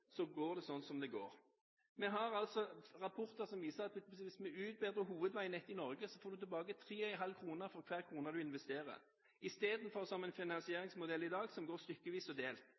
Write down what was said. så går det som det går. Vi har altså rapporter som viser at hvis vi utbedrer hovedveinettet i Norge, får vi tilbake tre og en halv krone for hver krone vi investerer, sammenlignet med en finansieringsmodell i dag som går stykkevis og delt.